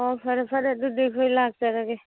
ꯑꯣ ꯐꯔꯦ ꯐꯔꯦ ꯑꯗꯨꯗꯤ ꯑꯩꯈꯣꯏ ꯂꯥꯛꯆꯔꯒꯦ